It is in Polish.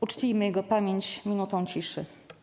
Uczcijmy jego pamięć minutą ciszy.